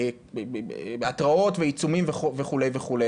התראות ועיצומים וכו' וכו'.